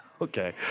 Okay